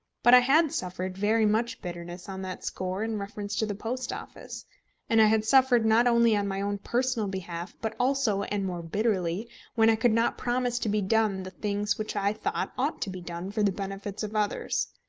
but i had suffered very much bitterness on that score in reference to the post office and i had suffered not only on my own personal behalf, but also and more bitterly when i could not promise to be done the things which i thought ought to be done for the benefit of others.